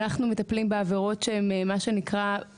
אנחנו מטפלים בעברות הקצה,